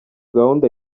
gahunda